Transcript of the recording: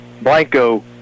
Blanco